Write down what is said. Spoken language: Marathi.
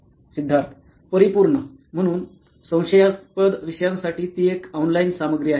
सिद्धार्थ परिपूर्ण म्हणून संशयास्पद विषयांसाठी ती एक ऑनलाइन सामग्री आहे